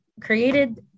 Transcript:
created